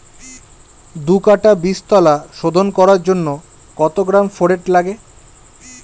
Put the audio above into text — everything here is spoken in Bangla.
দু কাটা বীজতলা শোধন করার জন্য কত গ্রাম ফোরেট লাগে?